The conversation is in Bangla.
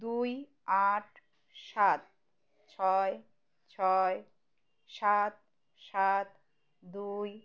দুই আট সাত ছয় ছয় সাত সাত দুই